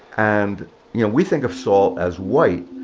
and you know we think of salt as white.